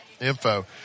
info